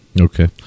okay